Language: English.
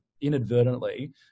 inadvertently